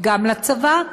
גם לצבא.